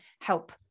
help